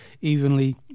evenly